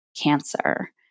cancer